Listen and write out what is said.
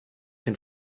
den